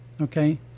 okay